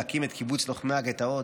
להקים את קיבוץ לוחמי הגטאות,